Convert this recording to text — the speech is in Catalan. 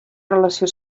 relació